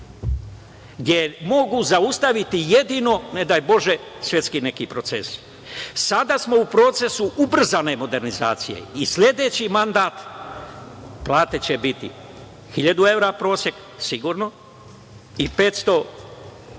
gde je mogu zaustaviti jedino, ne daj Bože, svetski neki procesi. Sada smo u procesu ubrzane modernizacije i sledeći mandat, plate će biti 1000 evra prosek, sigurno i 500